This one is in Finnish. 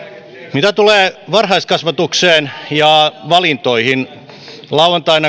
mitä tulee varhaiskasvatukseen ja valintoihin lauantaina